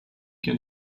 can